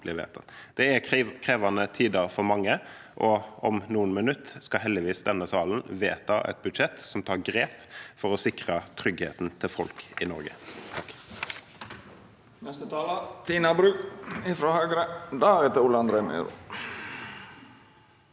Det er krevende tider for mange, og om noen minutter skal heldigvis denne salen vedta et budsjett som tar grep for å sikre tryggheten til folk i Norge.